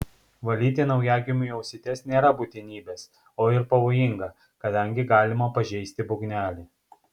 valyti naujagimiui ausytes nėra būtinybės o ir pavojinga kadangi galima pažeisti būgnelį